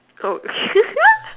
oh